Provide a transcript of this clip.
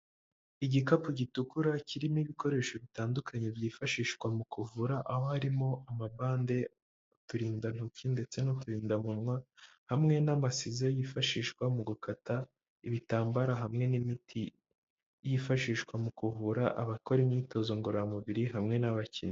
Igikapu gitukura kirimo ibikoresho bitandukanye byifashishwa mu kuvura, aho harimo amabande, uturindantoki ndetse n'uturindamunwa hamwe n'amasize yifashishwa mu gukata ibitambara, hamwe n'imiti yifashishwa mu kuvura abakora imyitozo ngororamubiri hamwe n'abakinnyi.